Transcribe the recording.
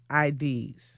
IDs